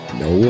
no